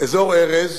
באזור ארז.